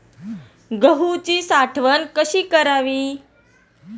गहूची साठवण कशी करावी?